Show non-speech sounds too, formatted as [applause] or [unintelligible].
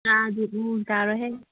[unintelligible]